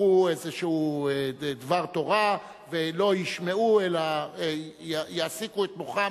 ייקחו איזשהו דבר תורה ולא ישמעו אלא יעסיקו את מוחם,